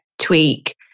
tweak